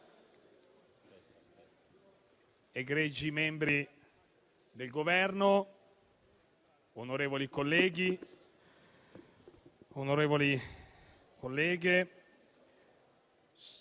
egregi membri del Governo, onorevoli colleghi, onorevoli colleghe,